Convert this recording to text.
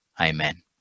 Amen